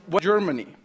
Germany